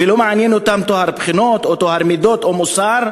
ולא מעניין אותם טוהר בחינות או טוהר מידות או מוסר,